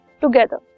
together